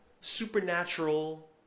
supernatural